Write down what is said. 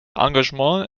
engagement